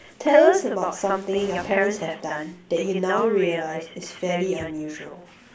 tell us about something your parents have done that you now realised is fairly unusual